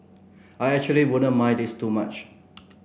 I actually wouldn't mind this too much